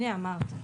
הנה אמרתי,